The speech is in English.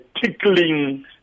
tickling